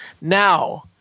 Now